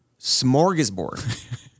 smorgasbord